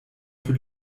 für